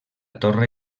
torre